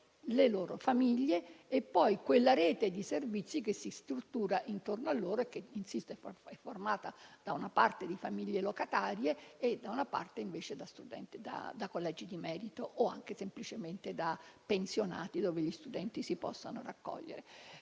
le loro famiglie e poi quella rete di servizi che si struttura intorno a loro e che è formata da una parte di famiglie locatarie, d'altra parte di collegi di merito o anche semplicemente di pensionati dove gli studenti possono raccogliersi.